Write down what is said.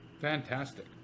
Fantastic